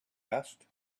asked